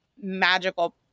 magical